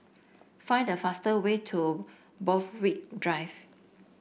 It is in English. find the fast way to Borthwick Drive